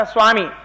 Swami